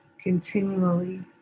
continually